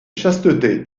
chasteté